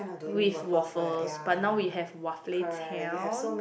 with waffles but now we have Waffle Town